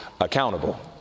accountable